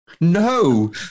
no